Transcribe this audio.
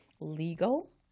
legal